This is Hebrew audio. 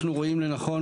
אנחנו רואים לנכון,